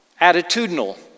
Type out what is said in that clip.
attitudinal